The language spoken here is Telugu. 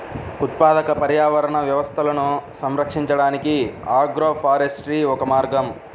ఉత్పాదక పర్యావరణ వ్యవస్థలను సంరక్షించడానికి ఆగ్రోఫారెస్ట్రీ ఒక మార్గం